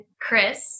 Chris